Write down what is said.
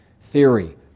theory